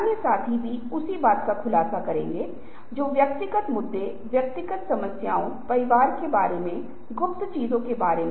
इसलिए इस बारे में बात करते हुए हम जल्दी से कुछ अन्य चीजों के बारे में बात करते हैं पहला देखना बनाम दृश्य बनाना